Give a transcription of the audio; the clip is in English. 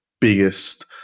biggest